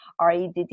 REDD